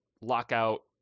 lockout